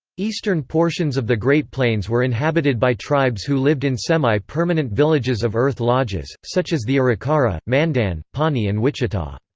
eastern portions of the great plains were inhabited by tribes who lived in semi-permanent villages of earth lodges, such as the arikara, mandan, pawnee and wichita.